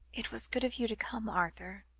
it was good of you to come, arthur.